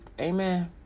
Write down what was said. Amen